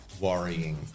worrying